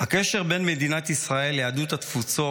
הקשר בין מדינת ישראל ליהדות התפוצות